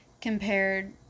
compared